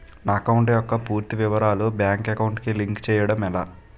నా అకౌంట్ యెక్క పూర్తి వివరాలు బ్యాంక్ అకౌంట్ కి లింక్ చేయడం ఎలా?